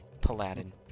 paladin